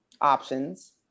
options